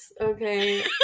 Okay